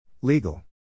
Legal